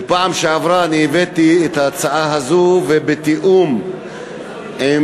בפעם שעברה אני הבאתי את ההצעה הזו, ובתיאום עם